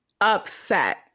Upset